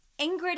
Ingrid